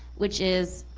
which is,